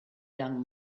young